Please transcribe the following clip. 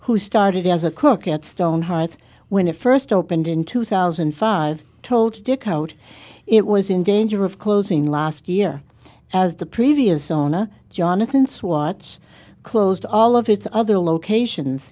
who started as a cook at stone heights when it first opened in two thousand and five told dick out it was in danger of closing last year as the previous owner jonathan swatch closed all of its other locations